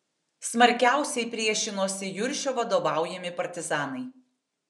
smarkiausiai priešinosi juršio vadovaujami partizanai